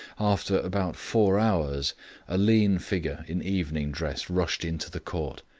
after about four hours a lean figure in evening dress rushed into the court.